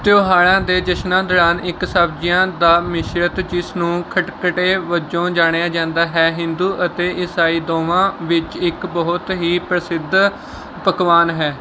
ਤਿਉਹਾਰਾਂ ਦੇ ਜਸ਼ਨਾਂ ਦੌਰਾਨ ਇੱਕ ਸਬਜ਼ੀਆਂ ਦਾ ਮਿਸ਼ਰਤ ਜਿਸ ਨੂੰ ਖਟਖਟੇ ਵਜੋਂ ਜਾਣਿਆ ਜਾਂਦਾ ਹੈ ਹਿੰਦੂ ਅਤੇ ਈਸਾਈ ਦੋਵਾਂ ਵਿੱਚ ਇੱਕ ਬਹੁਤ ਹੀ ਪ੍ਰਸਿੱਧ ਪਕਵਾਨ ਹੈ